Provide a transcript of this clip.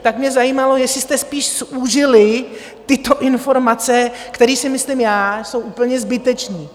Tak mě zajímalo, jestli jste spíš zúžili tyto informace, které si myslím já, jsou úplně zbytečné.